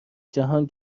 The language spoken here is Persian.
جهان